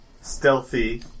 stealthy